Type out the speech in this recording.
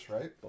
right